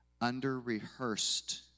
Under-rehearsed